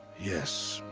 yes.